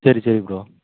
சரி சரி ப்ரோ